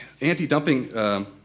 Anti-dumping